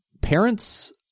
parents